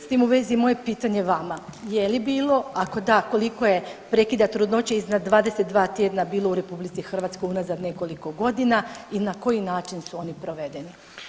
S tim u vezi moje pitanje vama, je li bilo, ako da, koliko je prekida trudnoće iznad 22 tjedna bilo u RH unazad nekoliko godina i na koji način su oni provedeni?